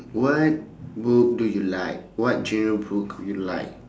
what book do you like what genre book you like